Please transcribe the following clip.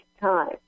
time